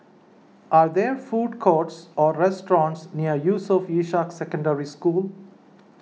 are there food courts or restaurants near Yusof Ishak Secondary School